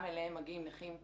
גם אליהם מגיעים נכים רגילים,